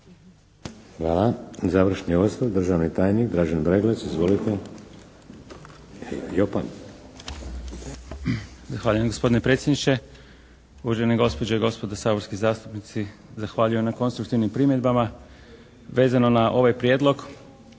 Hvala. Završni osvrt, državni tajnik Dražen Breglec. Izvolite. **Breglec, Dražen** Zahvaljujem gospodine predsjedniče, uvažene gospođe i gospodo zastupnici. Zahvaljujem ne konstruktivnim primjedbama vezano na ovaj Prijedlog.